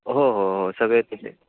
हो हो हो सगळे तिथे